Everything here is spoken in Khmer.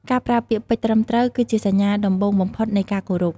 ការប្រើពាក្យពេចន៍ត្រឹមត្រូវ គឺជាសញ្ញាដំបូងបំផុតនៃការគោរព។